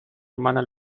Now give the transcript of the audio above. hermana